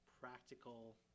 practical